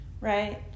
right